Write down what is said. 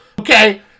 Okay